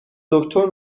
دکتر